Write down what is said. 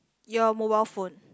your mobile phone